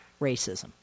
racism